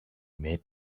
made